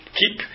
keep